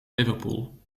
liverpool